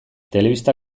telebista